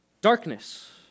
darkness